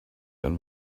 and